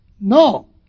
No